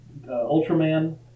Ultraman